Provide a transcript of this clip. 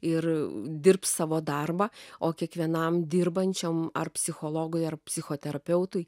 ir dirbs savo darbą o kiekvienam dirbančiam ar psichologui ar psichoterapeutui